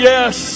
Yes